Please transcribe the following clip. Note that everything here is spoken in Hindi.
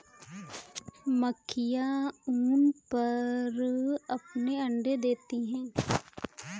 मक्खियाँ ऊन पर अपने अंडे देती हैं